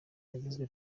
yagizwe